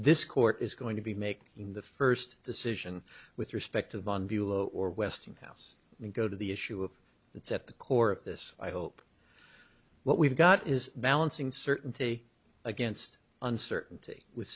this court is going to be making in the first decision with respect to von bulow or westinghouse and go to the issue of that's at the core of this i hope what we've got is balancing certainty against uncertainty with